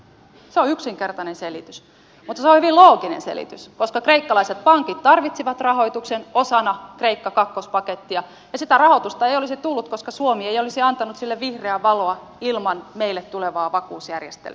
se on yksinkertainen selitys mutta se on hyvin looginen selitys koska kreikkalaiset pankit tarvitsivat rahoituksen osana kreikka kakkospakettia ja sitä rahoitusta ei olisi tullut koska suomi ei olisi antanut sille vihreää valoa ilman meille tulevaa vakuusjärjestelyä